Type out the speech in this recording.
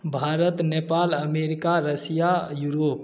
Bharat Nepal America Russia Europe